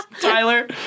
Tyler